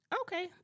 Okay